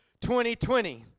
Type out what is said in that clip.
2020